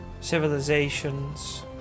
Civilizations